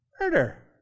Murder